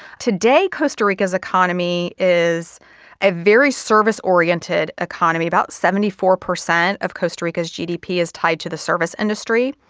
today costa rica's economy is a very service oriented economy, about seventy four percent of costa rica's gdp is tied to the service industry.